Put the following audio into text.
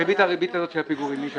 והריבית הזו, של הפיגורים מי ישלם?